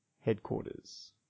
headquarters